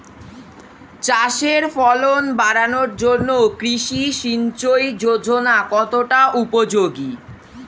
চাষের ফলন বাড়ানোর জন্য কৃষি সিঞ্চয়ী যোজনা কতটা উপযোগী?